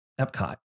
Epcot